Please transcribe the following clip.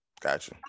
Gotcha